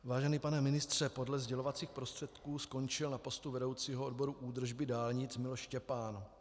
Vážený pane ministře, podle sdělovacích prostředků skončil na postu vedoucího odboru údržby dálnic Miloš Štěpán.